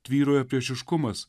tvyrojo priešiškumas